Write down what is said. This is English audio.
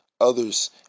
others